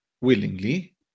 willingly